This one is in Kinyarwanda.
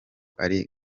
ari